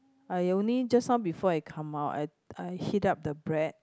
I only just now before I come out I I heat up the bread